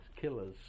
killers